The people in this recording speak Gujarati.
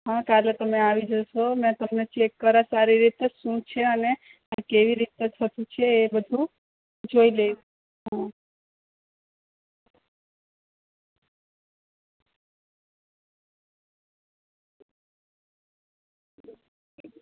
હા કાલે તમે આવી જશો મેં તમને ચેક કરું સારી રીતે શું છે અને કેવી રીતે બધું છે એ બધું જોઈ લઈએ હ